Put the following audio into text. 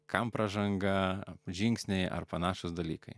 kam pražanga žingsniai ar panašūs dalykai